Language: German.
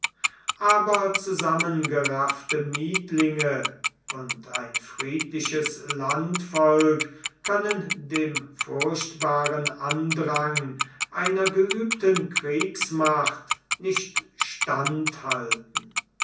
aber zusammengeraffte miethlinge und friedliches landvolk können dem furchtbaren andrang einer geübten kriegsmacht nicht stand